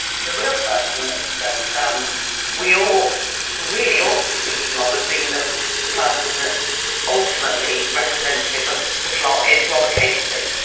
the real person that um we all really ought to be thinking of as being the the person that's ultimately representative of the plot is robert catesby.